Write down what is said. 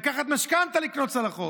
לקחת משכנתה לקנות צלחות,